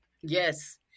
Yes